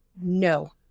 No